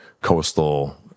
coastal